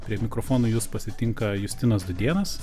prie mikrofono jus pasitinka justinas dudėnas